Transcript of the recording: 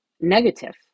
negative